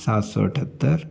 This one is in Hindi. सात सौ अठहत्तर